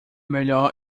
melhor